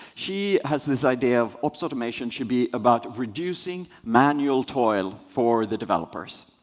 she has this idea of ops automation should be about reducing manual toil for the developers.